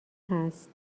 هست